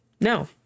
No